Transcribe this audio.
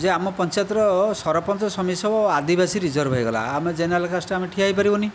ଯେ ଆମ ପଞ୍ଚାୟତର ସରପଞ୍ଚ ସମିତି ସଭ୍ୟ ଆଉ ଆଦିବାସୀ ରିଜର୍ଭ ହୋଇଗଲା ଆଉ ଆମେ ଜେନେରାଲ କାଷ୍ଟ ଆମେ ଠିଆ ହୋଇପାରିବୁନାହିଁ